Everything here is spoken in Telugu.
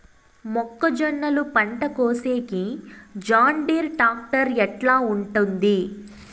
మొక్కజొన్నలు పంట కోసేకి జాన్డీర్ టాక్టర్ ఎట్లా ఉంటుంది?